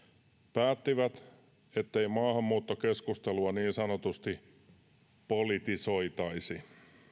päättivät ettei maahanmuuttokeskustelua niin sanotusti politisoitaisi